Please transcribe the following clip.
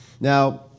Now